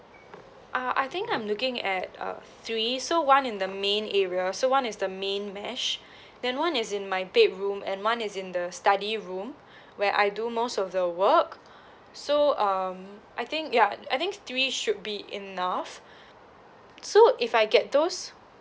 ah I think I'm looking at uh three so one in the main area so one is the main mesh then one is in my bedroom and one is in the study room where I do most of the work so um I think ya and I think three should be enough so if I get those